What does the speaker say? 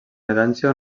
herència